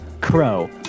Crow